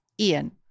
Ian